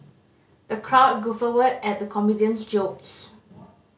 the crowd guffawed at the comedian's jokes